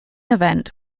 event